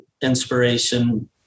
inspiration